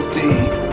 deep